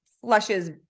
flushes